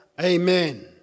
Amen